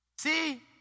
See